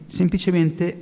semplicemente